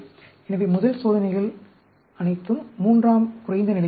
எனவே முதல் சோதனைகள் அனைத்தும் 3 ம் குறைந்த நிலையில் இருக்கும்